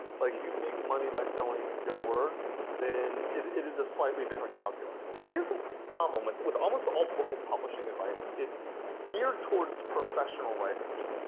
like you make money by selling your words, then it is a slightly different calculus. here's the problem with with almost book in publishing advice. it's geared towards professional writers.